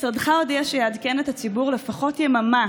משרדך הודיע שיעדכן את הציבור לפחות יממה